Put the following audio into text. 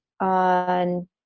on